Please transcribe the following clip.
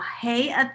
hey